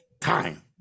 time